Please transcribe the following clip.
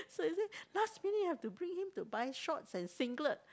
so is it last minute you have to bring him to buy shorts and singlet